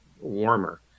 warmer